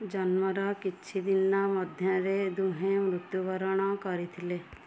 ଜନ୍ମର କିଛିଦିନ ମଧ୍ୟରେ ଦୁହେଁ ମୃତ୍ୟୁବରଣ କରିଥିଲେ